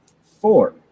Four